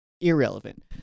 Irrelevant